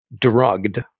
drugged